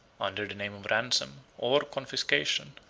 under the name of ransom, or confiscation,